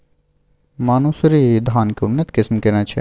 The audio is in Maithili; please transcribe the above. मानसुरी धान के उन्नत किस्म केना छै?